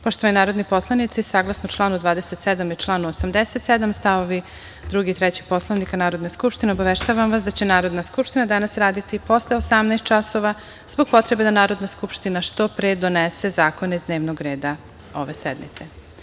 Poštovani narodni poslanici, saglasno članu 27. i članu 87. st. 2. i 3. Poslovnika Narodne skupštine, obaveštavam vas da će Narodna skupština danas raditi posle 18.00 časova zbog potrebe da Narodna skupština što pre donese zakone iz dnevnog reda ove sednice.